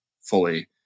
fully